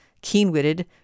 keen-witted